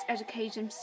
Education